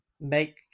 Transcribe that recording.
make